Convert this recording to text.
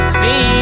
see